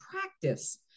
practice